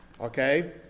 okay